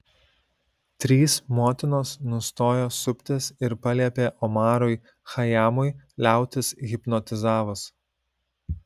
trys motinos nustojo suptis ir paliepė omarui chajamui liautis hipnotizavus